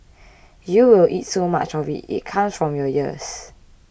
you will eat so much of it it comes out from your ears